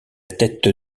tête